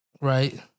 Right